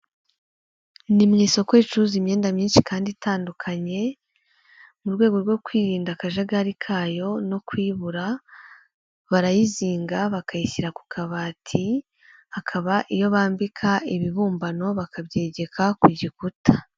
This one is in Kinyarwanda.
Ni mu isoko ricuruza imyenda myinshi kandi itandukanye, mu rwego rwo kwirinda akajagari kayo no kuyibura barayizinga bakayishyira ku kabati, hakaba iyo bambika ibibumbano bakabyegeka ku gikuta.